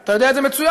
אתה יודע את זה מצוין,